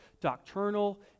doctrinal